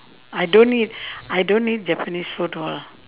I don't eat I don't eat japanese food all